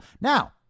Now